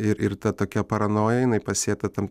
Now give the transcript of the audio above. ir ir ta tokia paranoja jinai pasėta tam